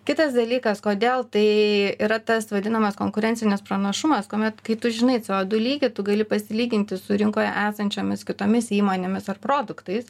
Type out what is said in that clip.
kitas dalykas kodėl tai yra tas vadinamas konkurencinis pranašumas kuomet kai tu žinai ce o du lygį tu gali pasilyginti su rinkoje esančiomis kitomis įmonėmis ar produktais